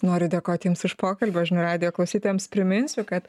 noriu dėkoti jums iš pokalbį o žinių radijo klausytojams priminsiu kad